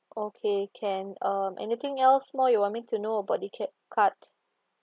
okay can um anything else more you want me to know about the c~ card